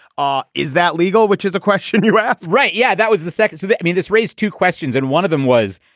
ah is that legal? which is a question you ask, right? yeah. that was the second to i mean, this raised two questions and one of them was,